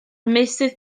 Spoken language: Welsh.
meysydd